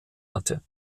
hatte